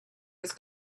was